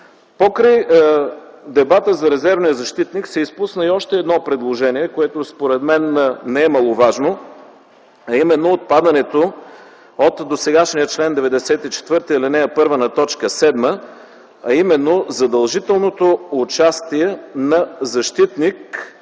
Покрай дебата за резервния защитник се изпусна и още едно предложение, което според мен не е маловажно, а именно отпадането от досегашния чл. 94, ал. 1, т. 7 – задължителното участие на защитник,